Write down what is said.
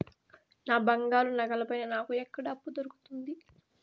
నా బంగారు నగల పైన నాకు ఎక్కడ అప్పు దొరుకుతుంది